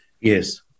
Yes